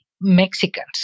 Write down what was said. Mexicans